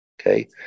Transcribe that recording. Okay